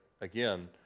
again